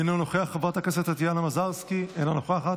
אינו נוכח, חברת הכנסת טטיאנה מזרסקי, אינה נוכחת,